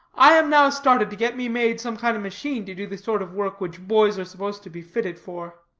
i am now started to get me made some kind of machine to do the sort of work which boys are supposed to be fitted for.